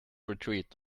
retreat